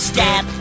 Step